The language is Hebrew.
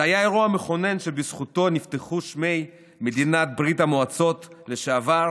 זה היה אירוע מכונן שבזכותו נפתחו מדינות ברית המועצות לשעבר